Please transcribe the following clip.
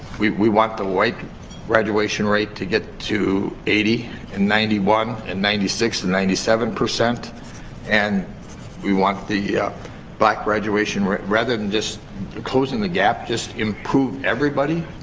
we we want the white graduation rate to get to eighty and ninety one and ninety six and ninety seven. and we want the black graduation rate. rather than just closing the gap, just improve everybody,